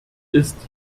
ist